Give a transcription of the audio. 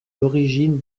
l’origine